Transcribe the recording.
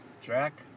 Jack